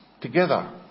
together